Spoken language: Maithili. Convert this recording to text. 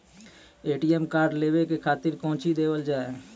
ए.टी.एम कार्ड लेवे के खातिर कौंची देवल जाए?